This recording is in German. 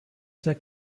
sehr